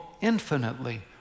infinitely